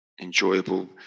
enjoyable